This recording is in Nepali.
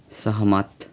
सहमत